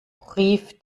rief